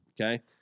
okay